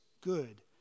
good